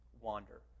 wander